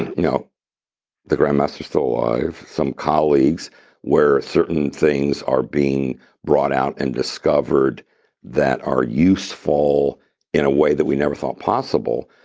you know the grand master is still alive. some colleagues where certain things are being brought out and discovered that are useful in a way that we never thought possible,